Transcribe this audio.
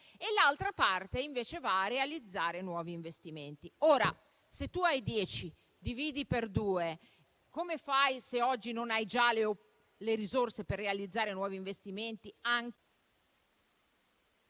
; l'altra va invece a realizzare nuovi investimenti. Ora, se tu hai dieci e dividi per due, come fai, se già oggi non hai le risorse per realizzare nuovi investimenti?